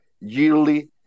yearly